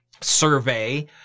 survey